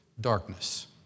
darkness